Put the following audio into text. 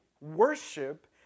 worship